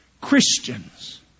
Christians